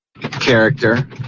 character